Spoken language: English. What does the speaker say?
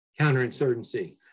counterinsurgency